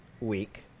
week